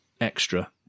extra